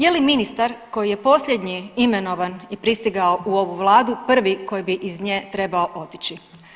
Je li ministar koji je posljednji imenovan i pristigao u ovu Vladu prvi koji bi iz nje trebao otići?